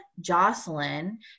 Jocelyn